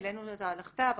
העלינו אותה על הכתב.